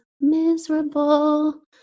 miserable